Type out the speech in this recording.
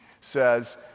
says